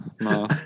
no